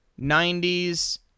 90s